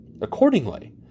Accordingly